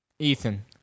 Ethan